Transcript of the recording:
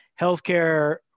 healthcare